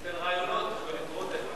אל תיתן רעיונות, חבר הכנסת רותם.